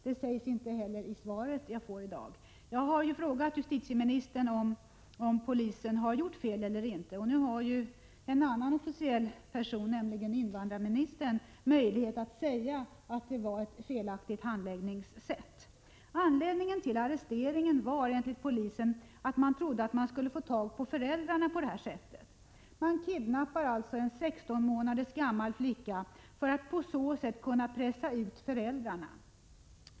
Det sägs inte heller i det svar som jag får i dag. Jag har ju frågat justitieministern om polisen har gjort fel eller inte, och nu har en annan officiell person, nämligen invandrarministern, möjlighet att säga att det var ett felaktigt handläggningssätt. Anledningen till arresteringen var enligt polisen att man trodde att man skulle kunna få tag på föräldrarna på detta sätt. Man kidnappar alltså en sexton månader gammal flicka för att på så sätt kunna idka utpressning mot föräldrarna.